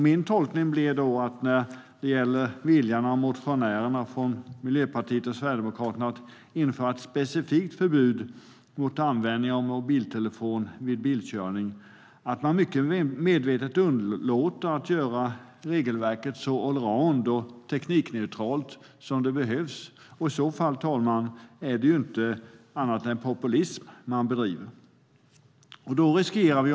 Min tolkning blir då, när det gäller viljan hos motionärerna från Miljöpartiet och Sverigedemokraterna att införa ett specifikt förbud mot användning av mobiltelefon vid bilkörning, att man mycket medvetet underlåter att göra regelverket så allround och teknikneutralt som möjligt. I så fall är det ju inget annat än populism man bedriver.